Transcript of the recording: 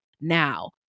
now